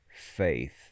faith